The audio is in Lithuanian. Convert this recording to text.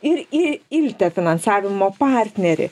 ir į ilte finansavimo partnerį